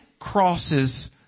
crosses